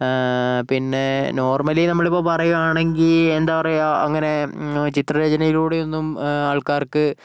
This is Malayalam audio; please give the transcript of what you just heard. പിന്നെ നോർമ്മലി നമ്മളിപ്പോൾ പറയുകയാണെങ്കിൽ എന്താ പറയുക അങ്ങനെ ചിത്രരചനയിലൂടെയൊന്നും ആൾക്കാർക്ക്